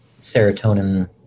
serotonin